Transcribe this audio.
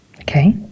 Okay